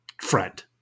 friend